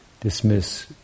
dismiss